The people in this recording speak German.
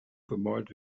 bemalt